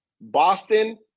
Boston